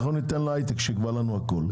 אנחנו ניתן להיי-טק שיקבע לנו הכול.